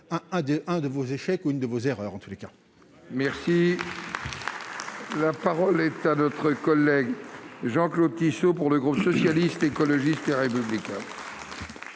un de vos échecs ou une de vos erreurs, en tous les cas. Merci, la parole est à notre collègue Jean-Claude Tissot pour le groupe socialiste, écologiste d'homme d'État.